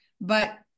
but-